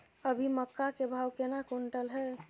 अभी मक्का के भाव केना क्विंटल हय?